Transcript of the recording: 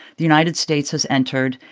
the united states has entered,